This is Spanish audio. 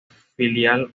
filial